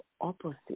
opposite